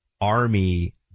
Army